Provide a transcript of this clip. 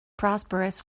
prosperous